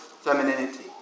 femininity